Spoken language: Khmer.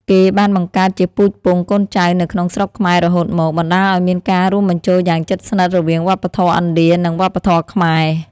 គេបានបង្កើតជាពូជពង្សកូនចៅនៅក្នុងស្រុកខ្មែររហូតមក បណ្តាលឲ្យមានការរួមបញ្ចូលយ៉ាងជិតស្និទ្ធរវាងវប្បធម៌ឥណ្ឌានិងវប្បធម៌ខ្មែរ។